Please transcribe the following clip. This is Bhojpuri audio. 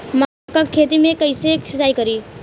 मका के खेत मे कैसे सिचाई करी?